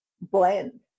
blend